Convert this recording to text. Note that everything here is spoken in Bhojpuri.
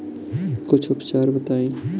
कुछ उपचार बताई?